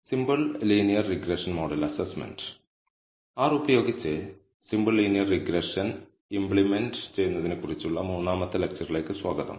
simple linear regression model assessment R ഉപയോഗിച്ച് simple linear regression implement ചെയ്യുന്നതിനെക്കുറിച്ചുള്ള മൂന്നാമത്തെ ലെക്ച്ചറിലേക്ക് സ്വാഗതം